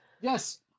yes